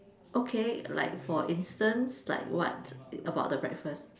okay like for instance like what about the breakfast